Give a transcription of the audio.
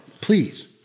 please